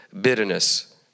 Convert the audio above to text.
bitterness